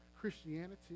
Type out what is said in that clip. Christianity